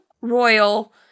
Royal